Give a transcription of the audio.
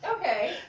Okay